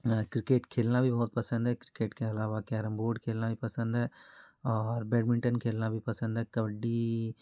मैं क्रिकेट खेलना भी मुझे बहुत पसंद है क्रिकेट के आलावा कैरम बोर्ड खेलना भी पसंद है और बैडमिंटन खेलना भी पसंद है कबड्डी